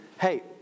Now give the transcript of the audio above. hey